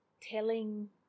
telling